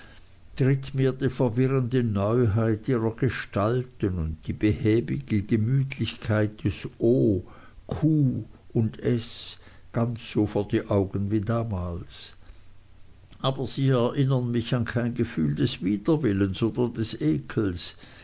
tritt mir die verwirrende neuheit ihrer gestalten und die behäbige gemütlichkeit des o q und s ganz so vor die augen wie damals aber sie erinnern mich an kein gefühl des widerwillens oder des ekels